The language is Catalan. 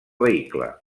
vehicle